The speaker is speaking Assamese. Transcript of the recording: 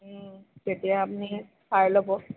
তেতিয়া আপুনি চাই ল'ব